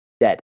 dead